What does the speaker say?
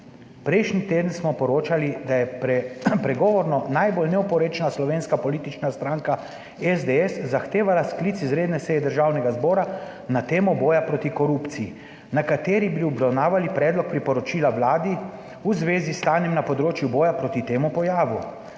Prejšnji teden smo poročali, da je pregovorno najbolj neoporečna slovenska politična stranka SDS zahtevala sklic izredne seje Državnega zbora na temo boja proti korupciji, na kateri bi obravnavali predlog priporočila Vladi v zvezi s stanjem na področju boja proti temu pojavu.